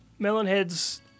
Melonheads